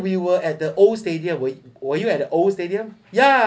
we were at the old stadium were were you at the old stadium ya